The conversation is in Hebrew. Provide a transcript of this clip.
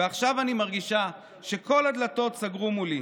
ועכשיו אני מרגישה שכל הדלתות נסגרו מולי,